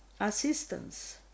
assistance